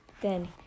Then